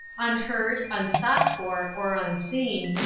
unheard, unsought for, or unseen,